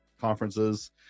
conferences